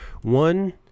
One